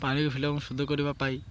ପାଣି ସୁଧ କରିବା ପାଇଁ